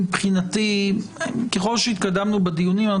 ככל שהתקדמנו בדיונים,